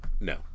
no